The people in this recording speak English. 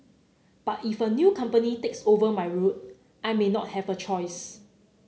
but if a new company takes over my route I may not have a choice